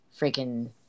freaking